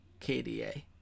KDA